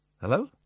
Hello